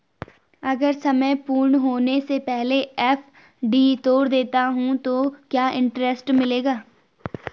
अगर समय पूर्ण होने से पहले एफ.डी तोड़ देता हूँ तो क्या इंट्रेस्ट मिलेगा?